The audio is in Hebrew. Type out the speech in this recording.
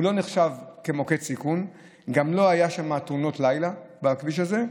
הוא לא נחשב למוקד סיכון וגם לא היו תאונות לילה בכביש הזה,